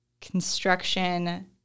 construction